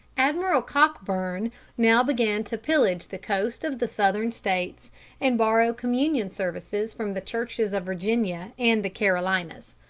admiral cockburn now began to pillage the coast of the southern states and borrow communion services from the churches of virginia and the carolinas.